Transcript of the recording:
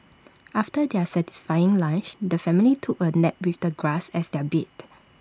after their satisfying lunch the family took A nap with the grass as their bed